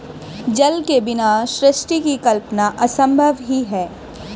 जल के बिना सृष्टि की कल्पना असम्भव ही है